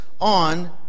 on